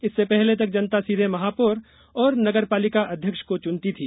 इससे पहले तक जनता सीधे महापौर और नगरपालिका अध्यक्ष को चनती थी